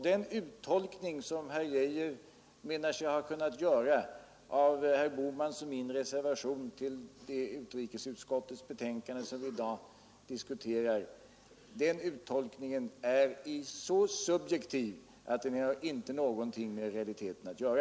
Den uttolkning som herr Geijer menar sig ha kunnat göra av herr Bohmans och min reservation till utrikesutskottets betänkande nr 20, som vi i dag diskuterar, är så subjektiv att den inte har någonting med realiteten att göra.